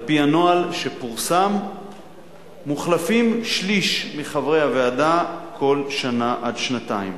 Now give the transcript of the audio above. על-פי הנוהל שפורסם מוחלפים שליש מחברי הוועדה כל שנה עד שנתיים.